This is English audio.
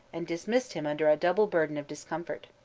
and dismissed him under a double burden of discomfort.